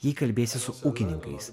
jei kalbiesi su ūkininkais